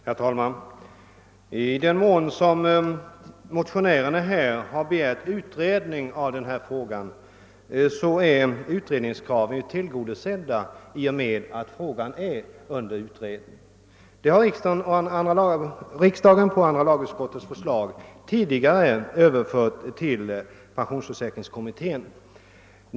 Herr talman! I den mån motionärerna har begärt en utredning av denna fråga vill jag säga att det kravet är tillgodosett. Frågan är under utredning, eftersom riksdagen på andra lagut skottets förslag tidigare har överfört den till pensionsförsäkringskommittén.